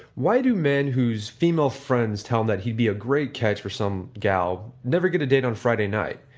why do man whose female friends telling that he'd be a great catch for some girl never get a date on friday night?